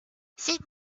sit